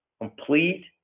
complete